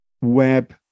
web